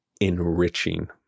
Enriching